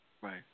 Right